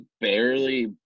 barely